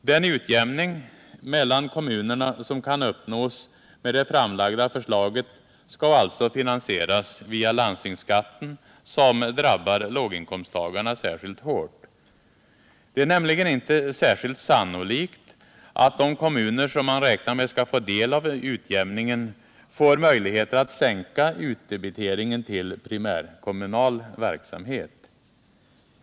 Den utjämning mellan kommunerna som kan uppnås med det framlagda förslaget skall alltså finansieras via landstingsskatten, som drabbar låginkomsttagarna särskilt hårt. Det är nämligen inte särskilt sannolikt att de kommuner som man räknar med skall få del av utjämningen får möjligheter att sänka utdebiteringen till primärkommunal verksamhet.